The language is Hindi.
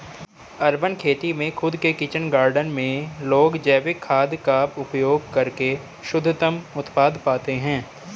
अर्बन खेती में खुद के किचन गार्डन में लोग जैविक खाद का उपयोग करके शुद्धतम उत्पाद पाते हैं